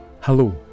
Hello